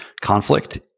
conflict